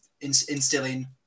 instilling